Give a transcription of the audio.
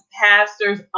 pastors